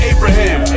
Abraham